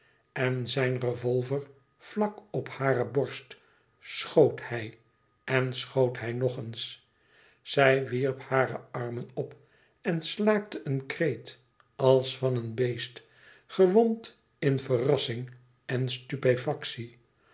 en zijn revolver vlak op hare borst schoot hij en schoot hij nog eens zij wierp hare armen op en slaakte een kreet als van een beest gewond in verrassing en stupefactie